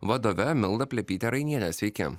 vadove milda plepyte rainiene sveiki